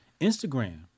Instagram